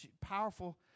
Powerful